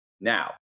Now